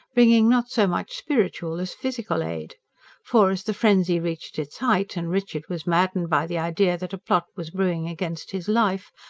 bringing not so much spiritual as physical aid for, as the frenzy reached its height and richard was maddened by the idea that a plot was brewing against his life,